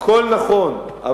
הכול נכון.